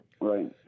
Right